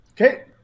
Okay